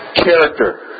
character